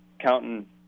counting